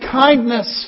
kindness